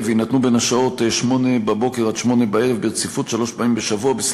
ויינתנו מ-08:00 עד 20:00 ברציפות שלוש פעמים בשבוע.